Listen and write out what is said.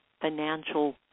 financial